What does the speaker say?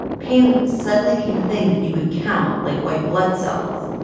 pain suddenly became thing that you could count, like white blood cells.